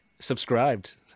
subscribed